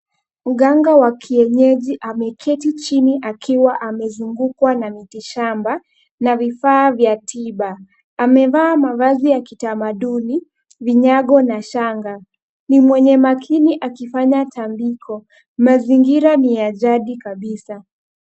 Mganga wa kienyeji ameketi chini akiwa amezungukwa na miti shamba na vifaa vya tiba. Amevaa mavazi ya kitamaduni, vinyago na shanga. Ni mwenye makini akifanya tambiko, mazingira ni ya jadi kabisa.